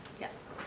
Yes